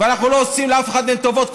ואנחנו לא עושים לאף אחד מהם טובות.